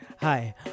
Hi